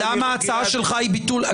אגב, לא